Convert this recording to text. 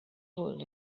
wool